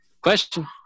Question